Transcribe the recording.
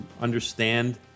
understand